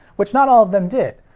which not all of them did.